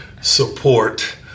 support